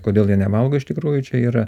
kodėl jie nevalgo iš tikrųjų čia yra